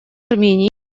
армении